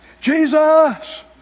Jesus